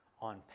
on